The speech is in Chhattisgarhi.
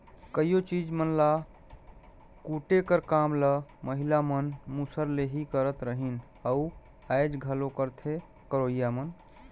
कइयो चीज मन ल कूटे कर काम ल महिला मन मूसर ले ही करत रहिन अउ आएज घलो करथे करोइया मन